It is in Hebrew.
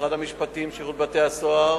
משרד המשפטים ושירות בתי-הסוהר